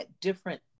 different